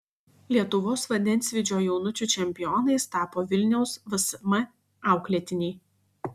lietuvos vandensvydžio jaunučių čempionais tapo vilniaus vsm auklėtiniai